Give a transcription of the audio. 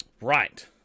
right